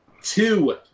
Two